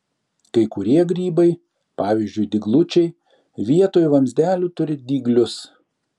kai kurie grybai pavyzdžiui dyglučiai vietoj vamzdelių turi dyglius